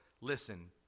listen